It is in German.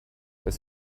das